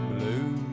Blue